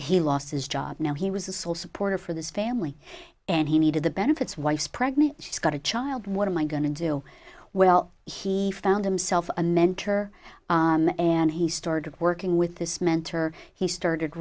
he lost his job now he was a sole supporter for this family and he needed the benefits wife's pregnant she's got a child what am i going to do well he found himself a mentor and he started working with this mentor he started